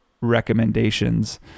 recommendations